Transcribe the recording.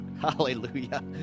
Hallelujah